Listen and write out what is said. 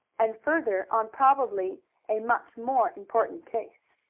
and further on probably a much more important case.